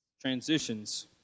transitions